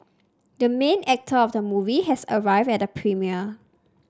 the main actor of the movie has arrived at the premiere